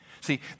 See